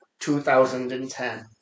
2010